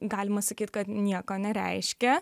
galima sakyt kad nieko nereiškia